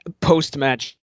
Post-match